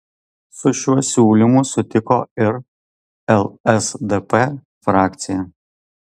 su šiuo siūlymu sutiko ir lsdp frakcija